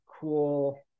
cool